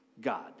God